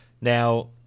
now